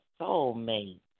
soulmate